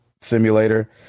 simulator